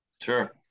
Sure